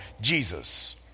Jesus